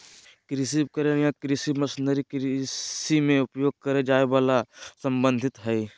कृषि उपकरण या कृषि मशीनरी कृषि मे उपयोग करे जाए वला से संबंधित हई